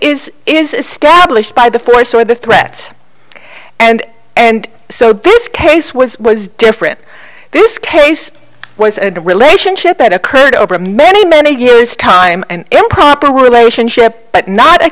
established by the force or the threat and and so this case was was different this case was a relationship that occurred over many many years time and improper relationship but not a